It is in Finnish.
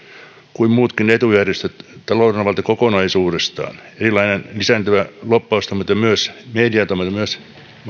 kuin muutkin etujärjestöt taloudellinen valta kokonaisuudessaan erilainen lisääntyvä lobbaustoiminta ja myös median toiminta mainitaan myös